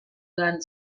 den